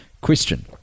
Question